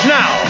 now